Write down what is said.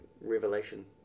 revelation